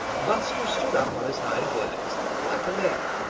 buster stood up on his hind legs, like a man,